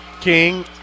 King